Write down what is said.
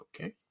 Okay